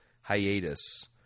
hiatus